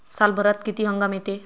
सालभरात किती हंगाम येते?